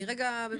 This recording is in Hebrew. לא